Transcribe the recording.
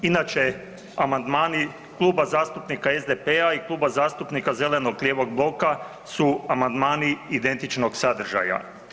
Inače amandmani Kluba zastupnika SDP-a i Kluba zastupnika zeleno-lijevog bloka su amandmani identičnog sadržaja.